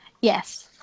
Yes